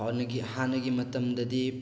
ꯍꯥꯟꯅꯒꯤ ꯃꯇꯝꯗꯗꯤ